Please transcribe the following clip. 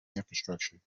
infrastructure